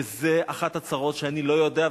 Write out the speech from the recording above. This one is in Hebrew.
וזו אחת הצרות שאני לא יודע,